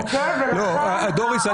דוריס,